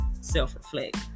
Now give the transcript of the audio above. self-reflect